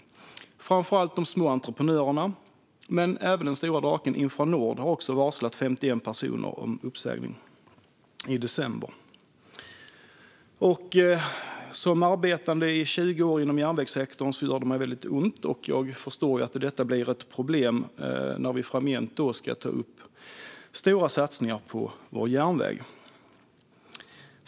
Det gäller framför allt de små entreprenörerna, men även den stora draken Infranord har varslat 51 personer om uppsägning. Det skedde i december. Jag har arbetat i 20 år i järnvägssektorn, och det gör mig ont. Jag förstår att detta blir ett problem när vi framgent ska ta upp stora satsningar på vår järnväg.